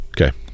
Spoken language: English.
okay